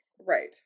Right